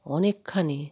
অনেকখানি